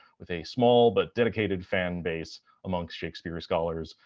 with a small but dedicated fanbase amongst shakespeare scholars.